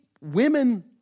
women